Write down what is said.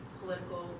political